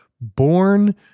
born